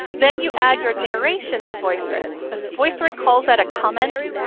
then you add your narration to voicethread. voicethread calls that a comment,